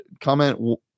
comment